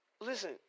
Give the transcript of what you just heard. listen